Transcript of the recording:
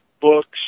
books